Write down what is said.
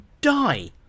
die